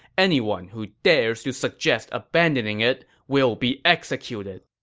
anyone who dares to suggest abandoning it will be executed!